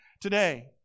today